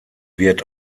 wird